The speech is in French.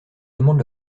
demande